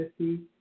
50